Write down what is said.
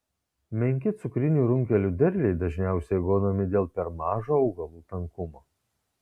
menki cukrinių runkelių derliai dažniausiai gaunami dėl per mažo augalų tankumo